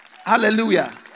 Hallelujah